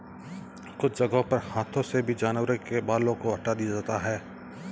कुछ जगहों पर हाथों से भी जानवरों के बालों को हटा दिया जाता है